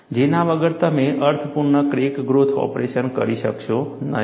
જેના વગર તમે અર્થપૂર્ણ ક્રેક ગ્રોથ ઓપરેશન કરી શકશો નહીં